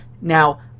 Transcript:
Now